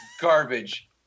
garbage